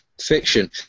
fiction